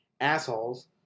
assholes